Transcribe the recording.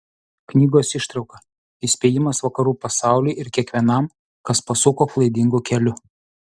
knygos ištrauka įspėjimas vakarų pasauliui ir kiekvienam kas pasuko klaidingu keliu